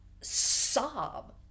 sob